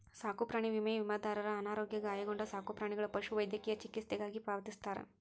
ಸಾಕುಪ್ರಾಣಿ ವಿಮೆ ವಿಮಾದಾರರ ಅನಾರೋಗ್ಯ ಗಾಯಗೊಂಡ ಸಾಕುಪ್ರಾಣಿಗಳ ಪಶುವೈದ್ಯಕೇಯ ಚಿಕಿತ್ಸೆಗಾಗಿ ಪಾವತಿಸ್ತಾರ